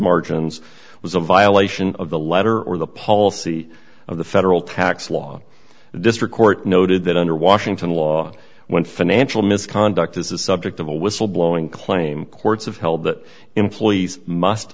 margins was a violation of the letter or the policy of the federal tax law the district court noted that under washington law when financial misconduct this is subject of a whistle blowing claim courts have held that employees must